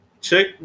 check